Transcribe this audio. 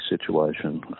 situation